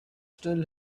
still